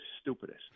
stupidest